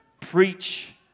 preach